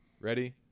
Ready